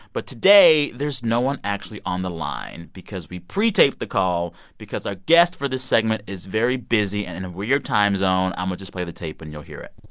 but today, there's no one actually on the line because we pre-taped the call because our guest for this segment is very busy and in a weird time zone. i'ma just play the tape, and you'll hear it